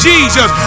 Jesus